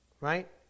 right